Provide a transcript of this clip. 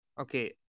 Okay